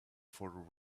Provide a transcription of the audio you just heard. for